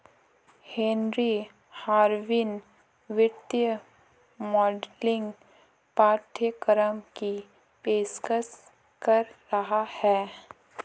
Henry Harvin वित्तीय modelling पाठ्यक्रम की पेशकश कर रहा हैं